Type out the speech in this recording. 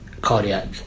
cardiac